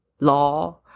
law